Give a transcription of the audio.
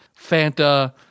Fanta